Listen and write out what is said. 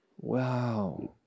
Wow